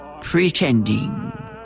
Pretending